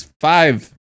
Five